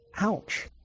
Ouch